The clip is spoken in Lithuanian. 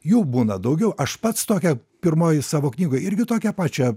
jų būna daugiau aš pats tokią pirmoj savo knygoj irgi tokią pačią